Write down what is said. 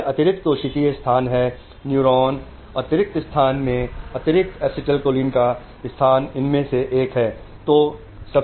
यह अतिरिक्त कोशिकीय स्थान है न्यूरॉन अतिरिक्त स्थान मेंअतिरिक्त ACh का स्थान इनमें से एक है